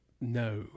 no